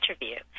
interview